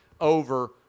over